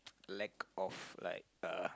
lack of like uh